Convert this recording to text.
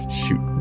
shoot